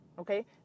Okay